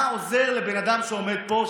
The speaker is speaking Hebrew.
מה זה עוזר לבן אדם שעומד פה,